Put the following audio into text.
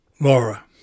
Laura